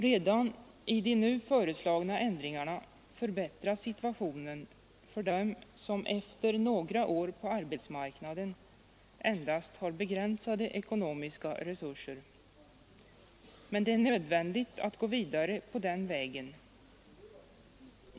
Redan de nu föreslagna ändringarna förbättrar situationen för dem som efter några år på arbetsmarknaden endast har begränsade ekonomiska resurser. Men det är nödvändigt att gå vidare på den vägen.